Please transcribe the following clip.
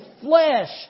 flesh